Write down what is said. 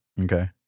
Okay